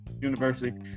university